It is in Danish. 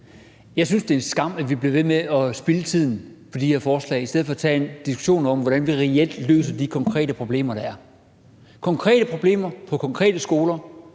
Jeg synes, det er en skam, at vi bliver ved med at spilde tiden på det her forslag i stedet for at tage en diskussion om, hvordan vi reelt løser de konkrete problemer, der er – altså løser konkrete problemer på konkrete skoler,